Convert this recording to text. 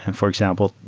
and for example,